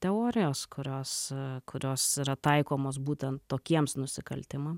teorijos kurios kurios yra taikomos būtent tokiems nusikaltimam